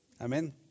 Amen